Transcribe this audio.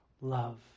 love